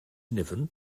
niven